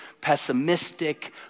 pessimistic